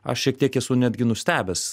aš šiek tiek esu netgi nustebęs